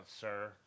sir